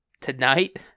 Tonight